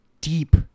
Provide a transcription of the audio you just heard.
deep